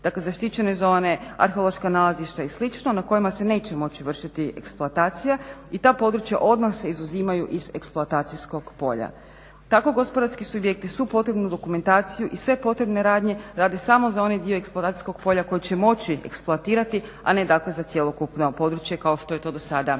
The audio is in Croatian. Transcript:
Dakle, zaštićene zone, arheološka nalazišta i slično na kojima se neće moći vršiti eksploatacija i ta područja odmah se izuzimaju iz eksploatacijskog polja. Tako gospodarski subjekti svu potrebnu dokumentaciju i sve potrebne radnje rade samo za onaj dio eksploatacijskog polja koji će moći eksploatirati a ne dakle za cjelokupno područje kao što je to do sada